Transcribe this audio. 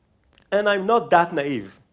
and i'm not that naive,